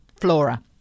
flora